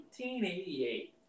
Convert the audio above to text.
1988